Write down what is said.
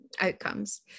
outcomes